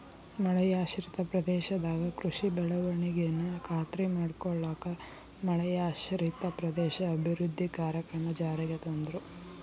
ಮಳೆಯಾಶ್ರಿತ ಪ್ರದೇಶದಾಗ ಕೃಷಿ ಬೆಳವಣಿಗೆನ ಖಾತ್ರಿ ಮಾಡ್ಕೊಳ್ಳಾಕ ಮಳೆಯಾಶ್ರಿತ ಪ್ರದೇಶ ಅಭಿವೃದ್ಧಿ ಕಾರ್ಯಕ್ರಮ ಜಾರಿಗೆ ತಂದ್ರು